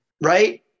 right